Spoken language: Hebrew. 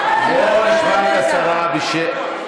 בואו נשמע את השרה בשקט.